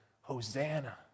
Hosanna